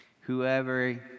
Whoever